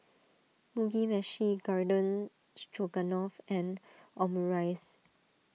Mugi Meshi Garden Stroganoff and Omurice